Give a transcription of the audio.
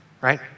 Right